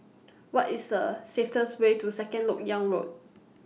What IS The Way to Second Lok Yang Road